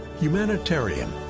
Humanitarian